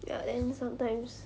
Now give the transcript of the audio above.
ya then sometimes